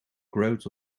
growth